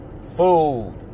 food